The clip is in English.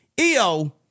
EO